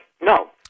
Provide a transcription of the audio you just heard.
No